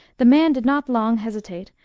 the man did not long hesitate,